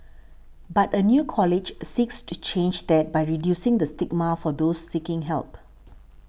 but a new college seeks to change that by reducing the stigma for those seeking help